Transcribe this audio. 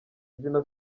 izina